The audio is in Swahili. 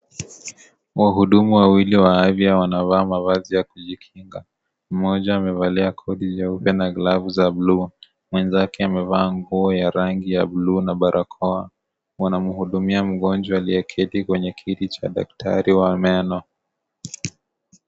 Wahudumu wawili wa afya wanavaa mavazi ya kujikinga, mmoja amevalia koti jeupe na glavu za bulu, mwenzake amevaa nguo ya rangi ya bulu na barakoa, wanamhudumia mgonjwa aliyeketi kwenye kiti cha daktari wa meno.